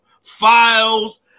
files